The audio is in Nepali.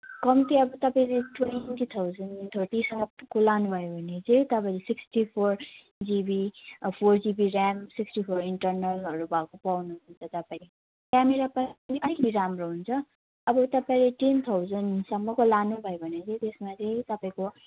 कम्ती अब तपाईँले ट्वेन्टी थाउज्यान्ड थर्टीसम्मको लानुभयो भने चाहिँ तपाईँले sixty four GB four GB RAM sixty four इन्टरनलहरू भएको पाउनुहुन्छ तपाईँले क्यामेरा पनि अलिकति राम्रो हुन्छ अब तपाईँ टेन थाउज्यान्डसम्मको लानुभयो भने चाहिँ त्यसमा चाहिँ तपाईँको